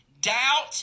Doubt